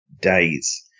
Days